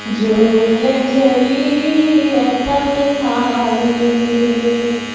झोलु झली अथमि ख़ाली